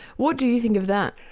what do you think of that?